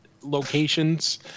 locations